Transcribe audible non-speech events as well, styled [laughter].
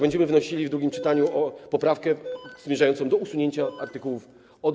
Będziemy wnosili w drugim czytaniu [noise] poprawkę zmierzającą do usunięcia art. 1–6.